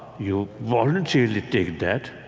you voluntarily take that,